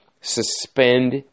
suspend